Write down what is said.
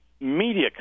media